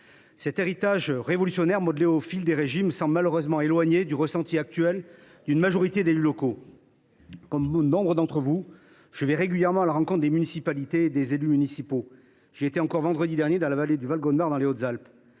Cet héritage révolutionnaire, modelé au fil des régimes, semble malheureusement éloigné du ressenti actuel d’une majorité d’élus locaux. Comme nombre d’entre vous, mes chers collègues, je vais régulièrement à la rencontre des élus municipaux. J’étais vendredi dernier dans la vallée du Valgaudemar dans les Hautes Alpes